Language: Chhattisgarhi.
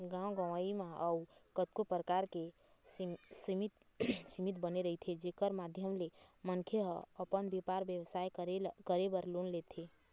गाँव गंवई म अउ कतको परकार के समिति बने रहिथे जेखर माधियम ले मनखे ह अपन बेपार बेवसाय करे बर लोन देथे